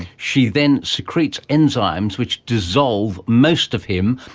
she then secretes enzymes which dissolve most of him,